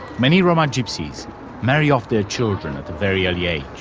many roma gypsies marry off their children at a very early age.